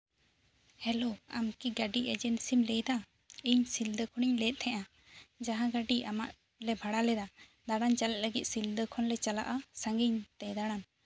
hello ᱟᱢᱠᱤ ᱜᱟᱹᱰᱤ ᱮᱡᱮᱱᱥᱤᱢ ᱞᱟᱹᱭᱫᱟ ᱤᱧ ᱥᱤᱞᱫᱟᱹ ᱠᱷᱚᱱᱤᱧ ᱞᱟᱹᱭᱮᱫ ᱛᱟᱦᱮᱸᱜᱼᱟ ᱡᱟᱦᱟᱸ ᱜᱟᱹᱰᱤ ᱟᱢᱟᱜ ᱞᱮ ᱵᱷᱟᱲᱟ ᱞᱮᱫᱟ ᱫᱟᱬᱟᱱ ᱪᱟᱞᱟᱜ ᱞᱟᱹᱜᱤᱫ ᱥᱤᱞᱫᱟᱹ ᱠᱷᱚᱱᱞᱮ ᱪᱟᱞᱟᱜᱼᱟ ᱥᱟᱺᱜᱤᱧ ᱛᱮ ᱫᱟᱬᱟᱱ